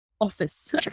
office